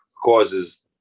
causes